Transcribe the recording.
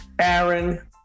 Aaron